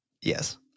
yes